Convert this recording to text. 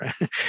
right